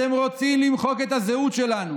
אתם רוצים למחוק את הזהות שלנו.